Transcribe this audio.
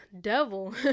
devil